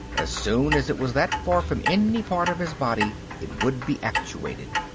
as soon as it was that far from any part of his body it would be actuated.